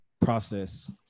process